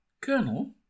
Colonel